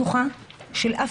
מבטיח לגעת גם בנקודות שאת העלית.